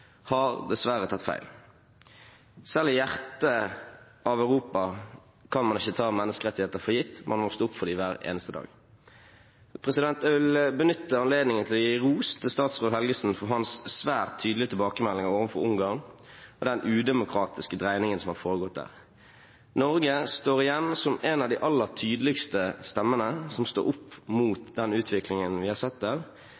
har dessverre tatt feil. Selv i hjertet av Europa kan man ikke ta menneskerettigheter for gitt, man må stå på for dem hver eneste dag. Jeg vil benytte anledningen til å gi statsråd Helgesen ros for hans svært tydelige tilbakemeldinger overfor Ungarn og den udemokratiske dreiningen som har foregått der. Norge står igjen som en av de aller tydeligste stemmene som står opp mot den utviklingen vi har sett der,